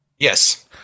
Yes